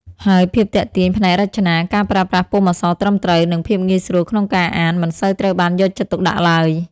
ហើយភាពទាក់ទាញផ្នែករចនា ការប្រើប្រាស់ពុម្ពអក្សរត្រឹមត្រូវ និងភាពងាយស្រួលក្នុងការអាន មិនសូវត្រូវបានយកចិត្តទុកដាក់ឡើយ។